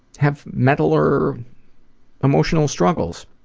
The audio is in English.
have mental or emotional struggles?